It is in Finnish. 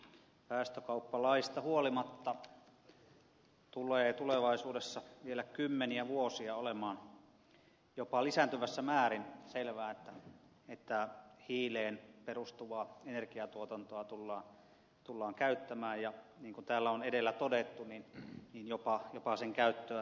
päästökauppalaista huolimatta tulee tulevaisuudessa vielä kymmeniä vuosia olemaan jopa lisääntyvässä määrin selvää että hiileen perustuvaa energiatuotantoa tullaan käyttämään ja niin kuin täällä on edellä todettu jopa sen käyttöä lisäämään